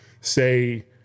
say